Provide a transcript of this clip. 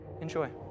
Enjoy